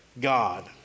God